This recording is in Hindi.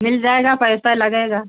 मिल जाएगा पैसा लगेगा